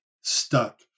stuck